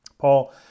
Paul